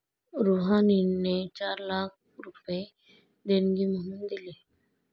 रुहानीने चार लाख रुपये देणगी म्हणून दिले